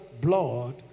blood